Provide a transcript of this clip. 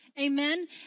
Amen